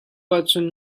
ahcun